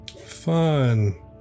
Fun